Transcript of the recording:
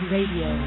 Radio